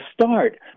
start